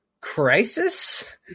crisis